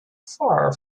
far